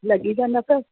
लॻी त न पई